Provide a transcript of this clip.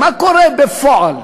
מה קורה בפועל?